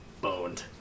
boned